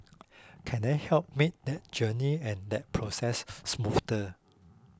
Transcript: can I help make that journey and that process smoother